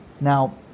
now